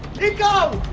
nico!